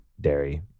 dairy